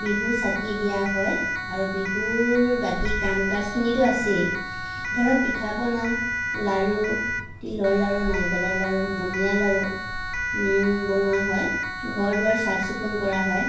বিহুৰ চাকি দিয়া হয় আৰু বিহুৰ বাকী কাম কাজখিনিতো আছেই ধৰক পিঠা পনা লাড়ু তিলৰ লাড়ু নাৰিকলৰ লাড়ু বুনিয়াৰ লাড়ু বনোৱা হয় ঘৰ দুৱাৰ চাফ চিকুণ কৰা হয়